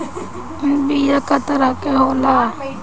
बीया कव तरह क होला?